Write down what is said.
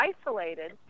isolated